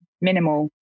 minimal